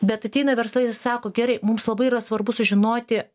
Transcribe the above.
bet ateina verslai sako gerai mums labai yra svarbu sužinoti